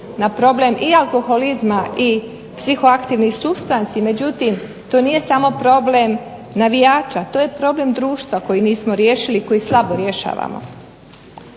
na problem i alkoholizma i psihoaktivni supstanci, međutim to nije samo problem navijača, to je problem društva koje nismo riješili koje slabo rješavamo.